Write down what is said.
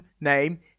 name